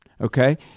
Okay